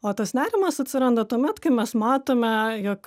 o tas nerimas atsiranda tuomet kai mes matome jog